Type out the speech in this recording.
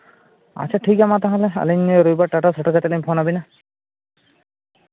ᱟᱪᱪᱷᱟ ᱴᱷᱤᱠ ᱜᱮᱭᱟ ᱢᱟ ᱛᱟᱦᱚᱞᱮ ᱟᱹᱞᱤᱧ ᱨᱳᱵᱤᱵᱟᱨ ᱴᱟᱴᱟ ᱥᱮᱴᱮᱨ ᱠᱟᱛᱮᱫ ᱞᱤᱧ ᱯᱷᱳᱱ ᱟᱵᱮᱱᱟ